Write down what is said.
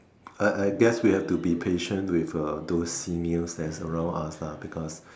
I I guess we have to be patient with uh those seniors that is around us lah because